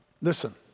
Listen